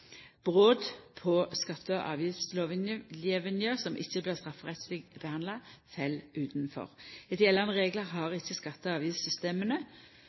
Brot på skatte- og avgiftslovgjevinga som ikkje blir strafferettsleg behandla, fell utanfor. Etter gjeldande reglar har ikkje skatte- og